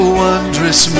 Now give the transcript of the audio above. wondrous